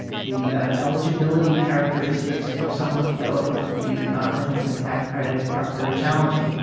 the eligibility characteristics for someone to be eligible for the earned income tax credit are very challenging.